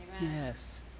Yes